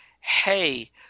hey